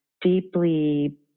deeply